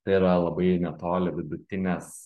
tai yra labai netoli vidutinės